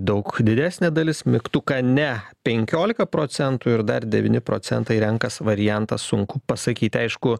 daug didesnė dalis mygtuką ne penkiolika procentų ir dar devyni procentai renkas variantą sunku pasakyti aišku